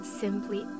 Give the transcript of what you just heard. simply